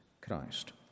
Christ